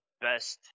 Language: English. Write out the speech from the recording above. best